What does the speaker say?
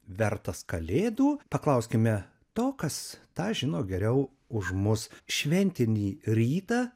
vertas kalėdų paklauskime to kas tą žino geriau už mus šventinį rytą